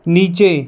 नीचे